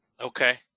Okay